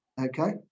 okay